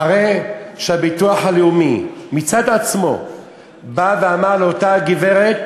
אחרי שהביטוח הלאומי מצד עצמו בא ואמר לאותה גברת: